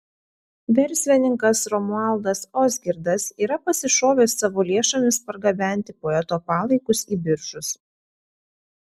verslininkas romualdas ozgirdas yra pasišovęs savo lėšomis pargabenti poeto palaikus į biržus